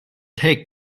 take